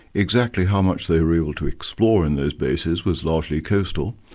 exactly how much they were able to explore in those bases was largely coastal,